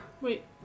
Wait